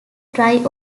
dry